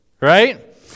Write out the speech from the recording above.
Right